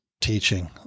teaching